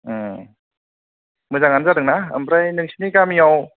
औ मोजांआनो जादोंना आमफ्राय नोंसिनि गामिआव